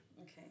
okay